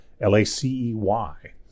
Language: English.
L-A-C-E-Y